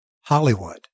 Hollywood